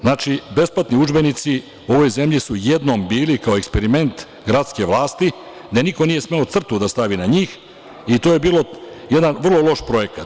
Znači, besplatni udžbenici u ovoj zemlji su jednom bili kao eksperiment gradske vlasti, da niko nije smeo crtu da stavi na njih i to je bio jedan vrlo loš projekat.